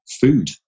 food